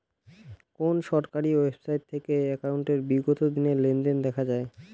কোন সরকারি ওয়েবসাইট থেকে একাউন্টের বিগত দিনের লেনদেন দেখা যায়?